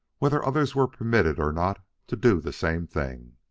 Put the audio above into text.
whether others were permitted or not to do the same things.